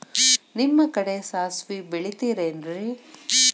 ನಿಮ್ಮ ಕಡೆ ಸಾಸ್ವಿ ಬೆಳಿತಿರೆನ್ರಿ?